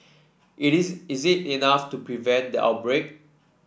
it is is it enough to prevent the outbreak